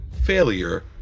failure